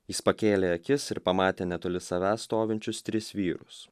jis pakėlė akis ir pamatė netoli savęs stovinčius tris vyrus